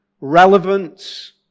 relevance